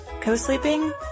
co-sleeping